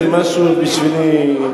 זה משהו בשבילי,